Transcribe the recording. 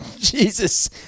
Jesus